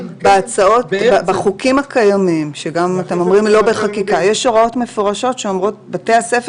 להוסיף שבחוקים הקיימים יש הוראות מפורשות שאומרות שבתי הספר